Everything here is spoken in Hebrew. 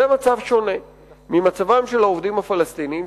זה מצב שונה ממצבם של העובדים הפלסטינים,